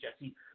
Jesse